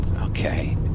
Okay